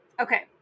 okay